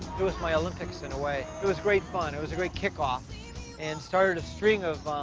it was my olympics in a way. it was great fun. it was a great kickoff and started a string of